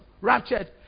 raptured